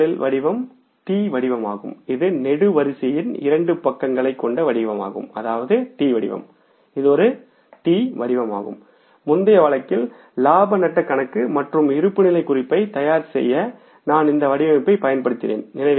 முதல் வடிவம் T வடிவமாகும்இது நெடுவரிசையின் இரண்டு பக்கங்களைக் கொண்ட வடிவமாகும்அதாவது T வடிவம் இது ஒரு T வடிவமாகும் முந்தைய வழக்கில் லாபம் நட்ட கணக்கு மற்றும் இருப்புநிலை குறிப்பை தயார்செய்ய நான் இந்த வடிவமைப்பைப் பயன்படுத்தினேன